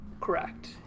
Correct